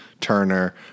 Turner